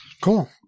Cool